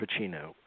Pacino